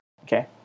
Okay